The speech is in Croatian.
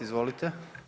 Izvolite.